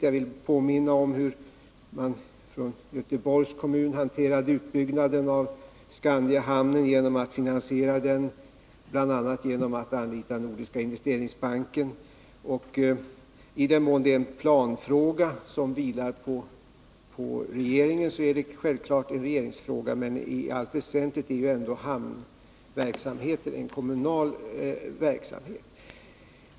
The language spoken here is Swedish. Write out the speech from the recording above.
Jag vill påminna om hur Göteborgs kommun hanterade utbyggnaden av Skandiahamnen genom att för finansieringen bl.a. anlita Nordiska investeringsbanken. I den mån hamnprojektet är ett planärende som vilar hos regeringen är det självfallet en regeringsfråga, men i allt väsentligt är ändå hamnar kommunal verksamhet.